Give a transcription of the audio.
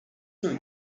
known